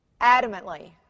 Adamantly